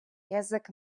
язик